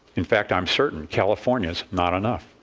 in fact, i'm certain california's not enough.